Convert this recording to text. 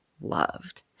loved